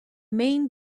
main